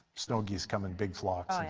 snow geese come in big flocks.